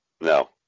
No